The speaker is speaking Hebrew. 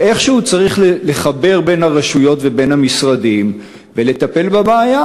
איכשהו צריך לחבר בין הרשויות ובין המשרדים ולטפל בבעיה.